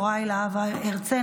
חבר הכנסת יוראי להב הרצנו,